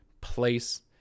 place